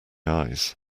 eyes